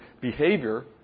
behavior